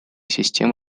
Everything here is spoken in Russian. систем